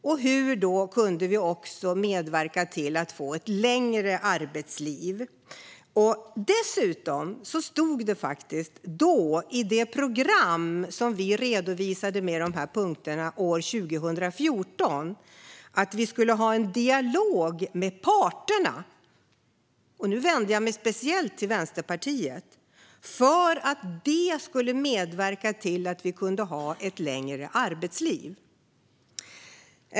Och hur skulle vi kunna medverka till ett längre arbetsliv? Dessutom stod det faktiskt i det program med dessa punkter som vi redovisade år 2014 att vi skulle ha en dialog med parterna - och nu vänder jag mig speciellt till Vänsterpartiet - för att de skulle medverka till att människor skulle kunna ha ett längre arbetsliv.